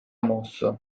mosso